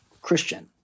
Christian